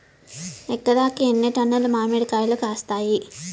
ఎకరాకి ఎన్ని టన్నులు మామిడి కాయలు కాస్తాయి?